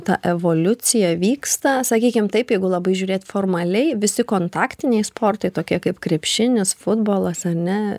ta evoliucija vyksta sakykim taip jeigu labai žiūrėt formaliai visi kontaktiniai sportai tokie kaip krepšinis futbolas ar ne